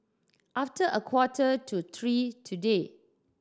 after a quarter to three today